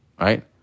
right